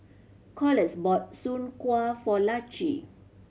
Corliss bought soon kway for Laci